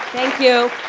thank you.